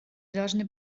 должны